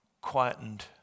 quietened